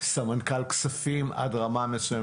סמנכ"ל כספים עד לרמה מסוימת.